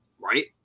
Right